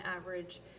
average